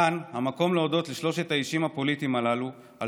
כאן המקום להודות לשלושת האישים הפוליטיים הללו על